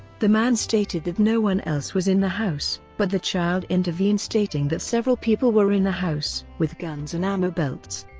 the man stated that no one else was in the house, but the child intervened stating that several people were in the house with guns and ammo belts.